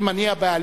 אם אני הבעלים,